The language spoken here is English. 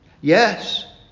yes